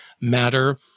matter